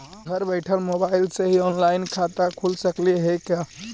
घर बैठल मोबाईल से ही औनलाइन खाता खुल सकले हे का?